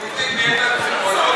הוא הציג, פסיכולוגי.